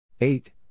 Eight